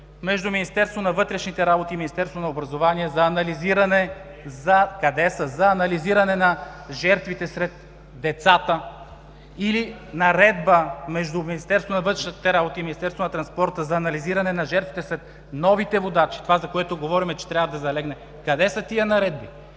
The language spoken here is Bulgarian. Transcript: между Министерството на вътрешните работи и Министерството на образованието. (Шум и реплики.) Къде са? (Реплики.) За анализиране на жертвите сред децата или наредба между Министерството на вътрешните работи и Министерството на транспорта за анализиране на жертвите сред новите водачи – това, за което говорим, че трябва да залегне. Къде са тези наредби?